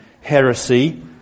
heresy